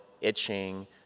itching